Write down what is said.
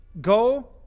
go